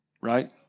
right